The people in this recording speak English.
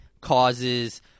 causes